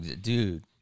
Dude